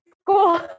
school